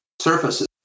Surfaces